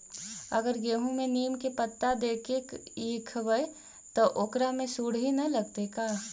अगर गेहूं में नीम के पता देके यखबै त ओकरा में सुढि न लगतै का?